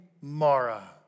Mara